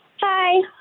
Hi